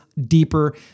deeper